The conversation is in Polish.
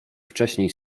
wcześniej